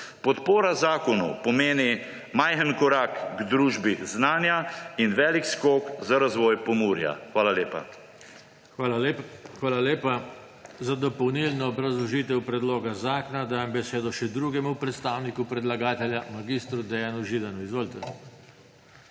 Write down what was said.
Podpora zakonu pomeni majhen korak k družbi znanja in velik skok za razvoj Pomurja. Hvala lepa. PODPREDSEDNIK JOŽE TANKO: Hvala lepa. Za dopolnilno obrazložitev predloga zakona dajem besedo še drugemu predstavniku predlagatelja mag. Dejanu Židanu. Izvolite.